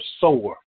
sower